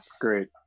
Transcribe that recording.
great